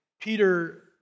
Peter